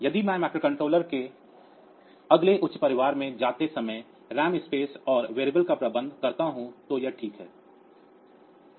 यदि मैं माइक्रोकंट्रोलर के अगले उच्च परिवार में जाते समय रैम स्पेस और चर का प्रबंधन करता हूं तो यह ठीक है